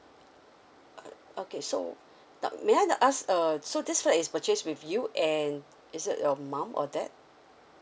uh okay so now may I then ask uh so this flat is purchased with you and is it your mum or dad